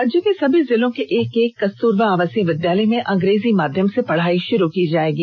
राज्य के सभी जिलों के एक एक कस्तूरबा आवासीय विद्यालय में अंग्रेजी माध्यम से पढ़ाई षुरू की जायेगी